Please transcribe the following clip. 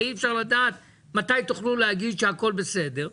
הכי אי אפשר לדעת מתי תוכלו להגיד שהכול בסדר,